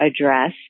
address